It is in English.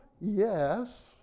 Yes